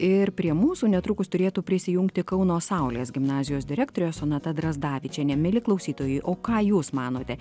ir prie mūsų netrukus turėtų prisijungti kauno saulės gimnazijos direktorė sonata drazdavičienė mieli klausytojai o ką jūs manote